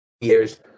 years